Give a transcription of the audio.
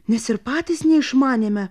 nes ir patys neišmanėme